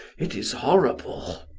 it is horrible.